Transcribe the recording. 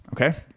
Okay